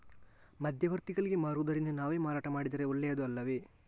ಮಧ್ಯವರ್ತಿಗಳಿಗೆ ಮಾರುವುದಿಂದ ನಾವೇ ಮಾರಾಟ ಮಾಡಿದರೆ ಒಳ್ಳೆಯದು ಅಲ್ಲವೇ?